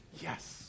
yes